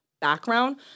background